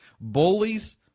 bullies